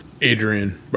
Adrian